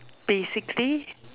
basically